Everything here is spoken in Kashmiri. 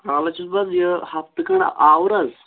حالَس چھُس بہٕ یہِ ہَفتہٕ کھٕنٛڈ آوُر حظ